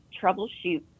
troubleshoot